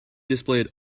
displayed